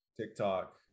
TikTok